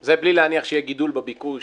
זה בלי להניח שיהיה גידול בביקוש